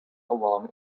along